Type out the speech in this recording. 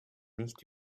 nicht